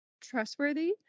trustworthy